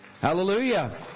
Hallelujah